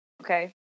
Okay